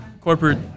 corporate